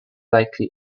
likely